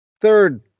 third